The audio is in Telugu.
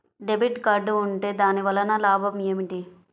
డెబిట్ కార్డ్ ఉంటే దాని వలన లాభం ఏమిటీ?